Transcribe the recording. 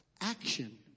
action